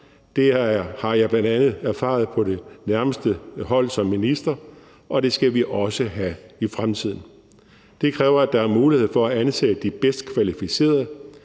det har jeg bl.a. erfaret på nærmeste hold som minister, og det skal vi også have i fremtiden. Det kræver, at der er mulighed for at ansætte de bedst kvalificerede.